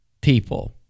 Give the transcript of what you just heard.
people